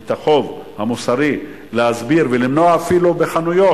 את החוב המוסרי להסביר ולמנוע אפילו בחנויות,